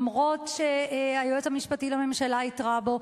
אפילו שהיועץ המשפטי לממשלה התרה בו,